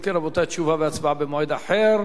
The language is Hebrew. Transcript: אם כן, רבותי, תשובה והצבעה במועד אחר.